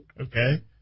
Okay